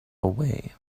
away